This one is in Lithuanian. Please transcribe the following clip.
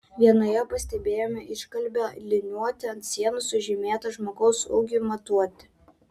vienoje pastebėjome iškalbią liniuotę ant sienos sužymėtą žmogaus ūgiui matuoti